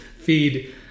feed